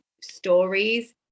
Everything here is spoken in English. stories